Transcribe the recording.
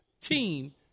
team